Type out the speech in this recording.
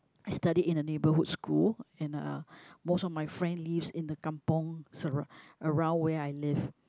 I studied in a neighborhood school and uh most of my friend lives in the kampung surrou~ around where I lived